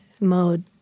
mode